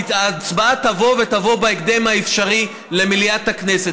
ההצבעה תבוא, ותבוא בהקדם האפשרי, למליאת הכנסת.